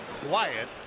quiet